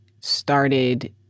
started